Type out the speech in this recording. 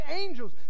angels